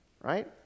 right